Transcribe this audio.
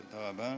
תודה רבה.